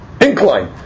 incline